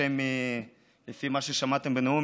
לפי מה ששמעתם בנאום,